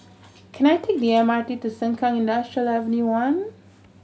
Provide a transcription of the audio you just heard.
can I take the M R T to Sengkang Industrial Avenue One